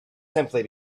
simply